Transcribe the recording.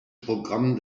programm